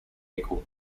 equal